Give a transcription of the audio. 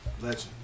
Legend